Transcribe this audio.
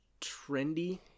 trendy